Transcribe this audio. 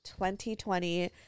2020